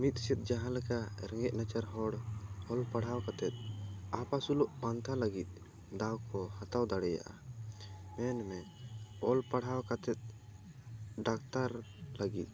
ᱢᱤᱫ ᱥᱮᱫ ᱡᱟᱦᱟ ᱞᱮᱠᱟ ᱨᱮᱸᱜᱮᱡ ᱱᱟᱪᱟᱨ ᱦᱚᱲ ᱚᱞ ᱯᱟᱲᱦᱟᱣ ᱠᱟᱛᱮᱜ ᱟᱯᱟᱥᱩᱞ ᱯᱟᱱᱛᱷᱟᱣ ᱞᱟᱹᱜᱤᱫ ᱫᱟᱣ ᱠᱚ ᱦᱟᱛᱟᱣᱟ ᱫᱟᱲᱮᱭᱟᱜ ᱟ ᱢᱮᱱ ᱢᱮ ᱚᱞ ᱯᱟᱲᱦᱟᱣ ᱠᱟᱛᱮᱜ ᱰᱟᱠᱴᱟᱨ ᱞᱟᱹᱜᱤᱫ